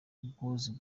ubwuzu